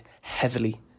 heavily